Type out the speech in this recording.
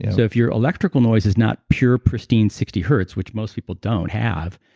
so if you're electrical noise is not pure pristine sixty hertz, which most people don't have,